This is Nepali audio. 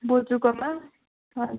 बोजुकोमा हजुर